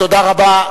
תודה רבה.